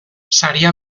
saria